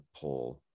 pull